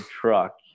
truck